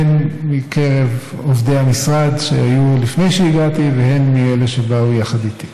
הן מקרב עובדי המשרד שהיו לפני שהגעתי והן מאלה שבאו יחד איתי.